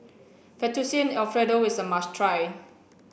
Fettuccine Alfredo is a must try